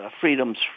freedoms